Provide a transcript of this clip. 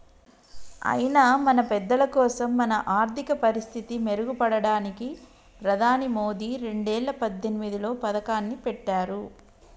అయినా మన పెద్దలకోసం మన ఆర్థిక పరిస్థితి మెరుగుపడడానికి ప్రధాని మోదీ రెండేల పద్దెనిమిదిలో పథకాన్ని పెట్టారు